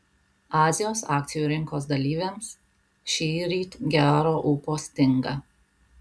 azijos akcijų rinkos dalyviams šįryt gero ūpo stinga